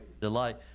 Delight